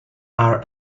are